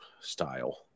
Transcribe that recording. style